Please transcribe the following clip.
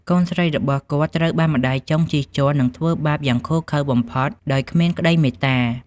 កូនស្រីរបស់គាត់ត្រូវបានម្តាយចុងជិះជាន់និងធ្វើបាបយ៉ាងឃោរឃៅបំផុតដោយគ្មានក្តីមេត្តា។